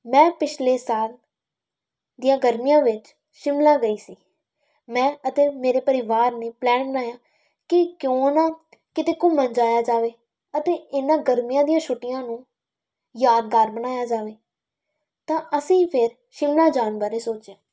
ਮੈਂ ਪਿਛਲੇ ਸਾਲ ਦੀਆਂ ਗਰਮੀਆਂ ਵਿੱਚ ਸ਼ਿਮਲਾ ਗਈ ਸੀ ਮੈਂ ਅਤੇ ਮੇਰੇ ਪਰਿਵਾਰ ਨੇ ਪਲੈਨ ਬਣਾਇਆ ਕਿ ਕਿਉਂ ਨਾ ਕਿਤੇ ਘੁੰਮਣ ਜਾਇਆ ਜਾਵੇ ਅਤੇ ਇਹਨਾਂ ਗਰਮੀਆਂ ਦੀਆਂ ਛੁੱਟੀਆਂ ਨੂੰ ਯਾਦਗਾਰ ਬਣਾਇਆ ਜਾਵੇ ਤਾਂ ਅਸੀਂ ਫਿਰ ਸ਼ਿਮਲਾ ਜਾਣ ਬਾਰੇ ਸੋਚਿਆ